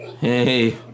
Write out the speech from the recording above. Hey